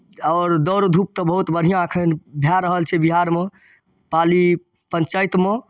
आओर दौड़ धूप तऽ बहुत बढ़िआँ एखन भए रहल छै बिहारमे पाली पञ्चायतमे